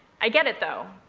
i get it, though.